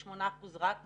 98% רק בפנימיות.